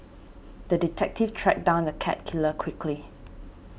the detective tracked down the cat killer quickly